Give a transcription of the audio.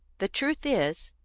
the truth is,